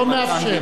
לא מאפשר.